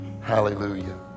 Hallelujah